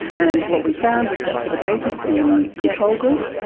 and what we found was that for the babies in the control group,